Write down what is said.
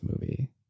movie